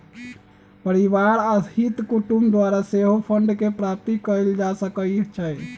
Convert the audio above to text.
परिवार आ हित कुटूम द्वारा सेहो फंडके प्राप्ति कएल जा सकइ छइ